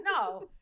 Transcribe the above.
no